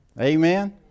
Amen